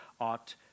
ought